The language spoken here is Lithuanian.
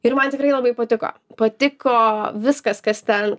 ir man tikrai labai patiko patiko viskas kas ten